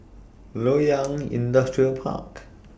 Loyang Industrial Park